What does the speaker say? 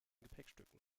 gepäckstücken